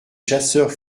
chasseurs